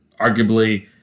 arguably